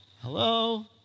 Hello